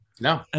No